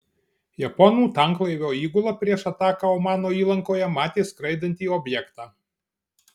japonų tanklaivio įgula prieš ataką omano įlankoje matė skraidantį objektą